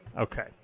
Okay